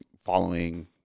following